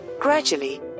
Gradually